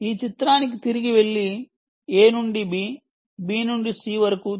ఈ చిత్రానికి తిరిగి వెళ్ళండి A నుండి B B నుండి C వరకు తి